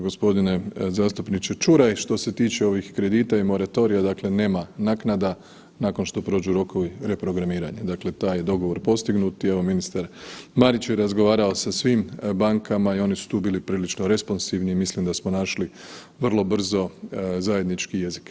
Gospodine zastupniče Čuraj, što se tiče ovih kredita i moratorija, dakle nema naknada nakon što prođu rokovi reprogramiranja, dakle taj je dogovor postignut i evo ministar Marić je razgovarao sa svim bankama i oni su tu bili prilično responzivni i mislim da smo našli vrlo brzo zajednički jezik.